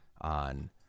on